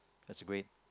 that's a great